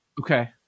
okay